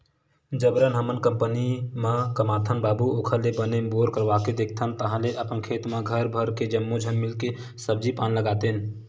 जबरन हमन कंपनी म कमाथन बाबू ओखर ले बने बोर करवाके देखथन ताहले अपने खेत म घर भर के जम्मो झन मिलके सब्जी पान लगातेन